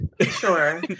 Sure